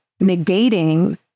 negating